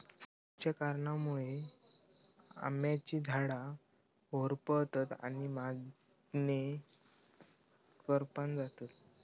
खयच्या कारणांमुळे आम्याची झाडा होरपळतत आणि मगेन करपान जातत?